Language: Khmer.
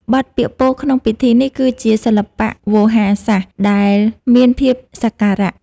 បទពាក្យពោលក្នុងពិធីនេះ គឺជាសិល្បៈវោហារសាស្ត្រដែលមានភាពសក្ការៈ។